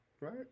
Right